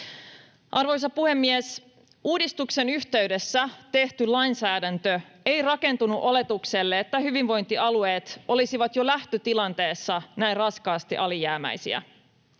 Arvoisa puhemies! Uudistuksen yhteydessä tehty lainsäädäntö ei rakentunut oletukselle, että hyvinvointialueet olisivat jo lähtötilanteessa näin raskaasti alijäämäisiä.